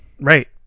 Right